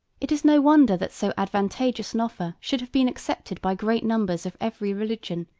it is no wonder that so advantageous an offer should have been accepted by great numbers of every religion,